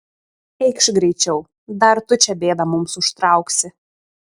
eikš greičiau dar tu čia bėdą mums užtrauksi